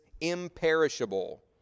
imperishable